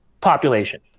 population